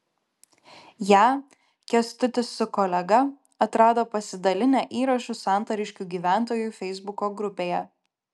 ją kęstutis su kolega atrado pasidalinę įrašu santariškių gyventojų feisbuko grupėje